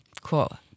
Cool